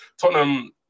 Tottenham